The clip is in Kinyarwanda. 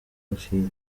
ruhire